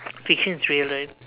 fiction is real right